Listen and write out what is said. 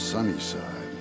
Sunnyside